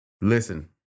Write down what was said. Listen